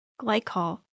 glycol